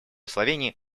словении